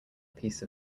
piece